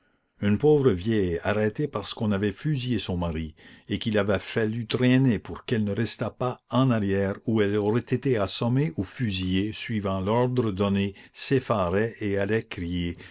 une pauvre vieille arrêtée parce qu'on avait fusillé son mari et qu'il avait fallu traîner pour qu'elle ne restât pas en arrière où elle aurait été assommée ou fusillée suivant l'ordre donné s'effarait et allait crier